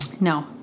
No